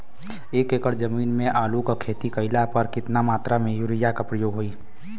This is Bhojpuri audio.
एक एकड़ जमीन में आलू क खेती कइला पर कितना मात्रा में यूरिया क प्रयोग होई?